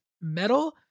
Metal